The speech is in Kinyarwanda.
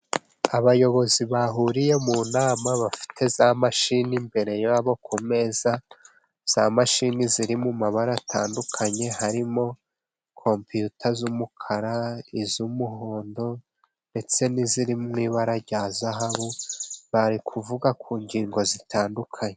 Abayobozi bahuriye mu nama bafite za mashini imbere yabo ku meza. Za mashini zirimo amabara atandukanye, harimo kompiyuta z'umukara, iz'umuhondo, ndetse n'izibara rya zahabu, bari kuvuga ku ngingo zitandukanye.